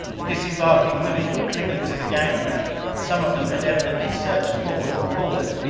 the disembarking women were clinging to the gang rail some of them had evidently surged forward and fallen.